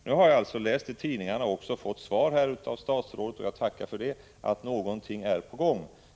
Nu har jag läst i tidningarna och också fått svar från statsrådet om att någonting är på gång.